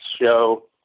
show